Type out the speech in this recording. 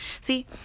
see